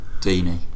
Dini